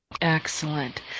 Excellent